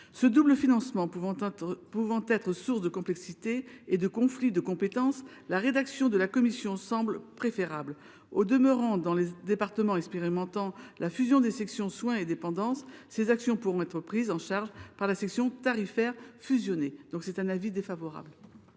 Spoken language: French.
Ce double financement pouvant être source de complexités et de conflits de compétence, la rédaction de la commission semble préférable. Au demeurant, dans les départements expérimentant la fusion des sections soins et dépendance, ces actions pourront être prises en charge par la section tarifaire fusionnée. La commission émet donc un avis défavorable